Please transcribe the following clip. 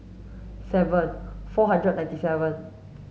seven four hundred and ninety seven